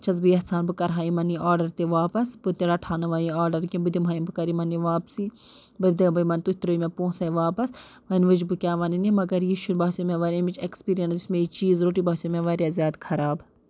چھَس بہٕ یَژھان بہٕ کَرٕہا یِمَن یہِ آرڈَر تہِ واپَس بہٕ تہِ رَٹہٕ ہا نہٕ وۄنۍ یہِ آرڈر کینٛہہ بہٕ دِمہٕ ہا بہٕ کَر یِمَن یہِ واپسٕے بہٕ دپہٕ یِمَن تُہۍ ترٛٲیِو مےٚ پۄنسَے واپَس وۄنۍ وٕچھ بہٕ کیاہ وَنن یِم مگر یہِ چھُ باسیو مےٚ واریاہ امِچ اٮ۪کسپیٖریَنس یُس مےٚ یہِ چیٖز روٚٹ یہِ باسیو مےٚ واریاہ زیادٕ خراب